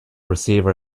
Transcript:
receiver